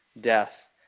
death